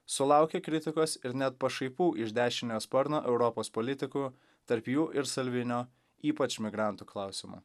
sulaukė kritikos ir net pašaipų iš dešiniojo sparno europos politikų tarp jų ir salvinio ypač migrantų klausimu